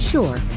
Sure